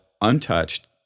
untouched